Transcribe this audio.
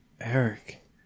Eric